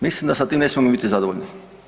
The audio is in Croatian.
Mislim da sa tim ne smijemo biti zadovoljni.